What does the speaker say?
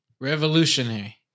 Revolutionary